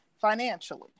financially